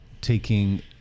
taking